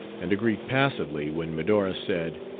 and agreed passively when medora said